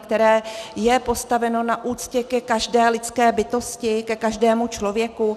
Které je postaveno na úctě ke každé lidské bytosti, ke každému člověku?